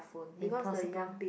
impossible